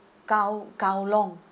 kow~ kowloon